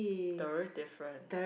different